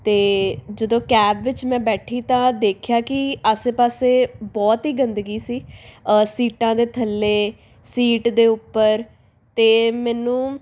ਅਤੇ ਜਦੋਂ ਕੈਬ ਵਿੱਚ ਮੈਂ ਬੈਠੀ ਤਾਂ ਦੇਖਿਆ ਕਿ ਆਸੇ ਪਾਸੇ ਬਹੁਤ ਹੀ ਗੰਦਗੀ ਸੀ ਸੀਟਾਂ ਦੇ ਥੱਲੇ ਸੀਟ ਦੇ ਉੱਪਰ ਅਤੇ ਮੈਨੂੰ